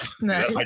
no